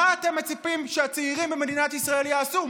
מה אתם מצפים שהצעירים במדינת ישראל יעשו,